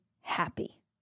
happy